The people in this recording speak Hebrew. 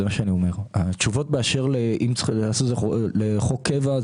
השאלה האם ההוראה צריכה להיות הוראת קבע,